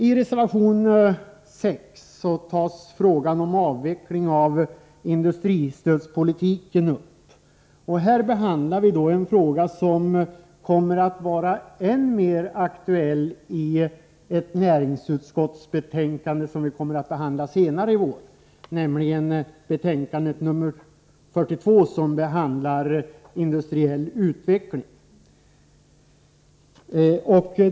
I reservation 6 tas frågan om avveckling av industristödspolitiken upp. Här behandlar vi en fråga som kommer att vara än mer aktuell i ett näringsutskottsbetänkande som vi skall behandla senare i vår, nämligen betänkande nr 42 om industriell utveckling.